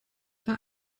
war